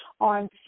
on